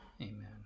amen